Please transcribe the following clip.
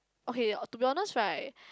okay to be honest right